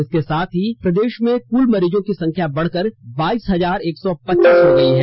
इसके साथ ही प्रदेश में कल मरीजों की संख्या बढकर बाइस हजार एक सौ पच्चीस हो गई है